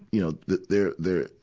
you know the, there're, there're,